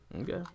Okay